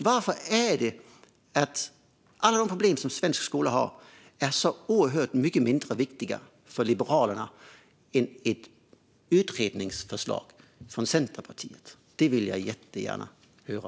Varför är alla de problem som svensk skola har oerhört mycket mindre viktiga för Liberalerna än ett utredningsförslag från Centerpartiet? Det vill jag jättegärna höra.